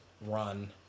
run